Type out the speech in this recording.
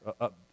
up